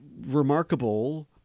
remarkable